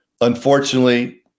Unfortunately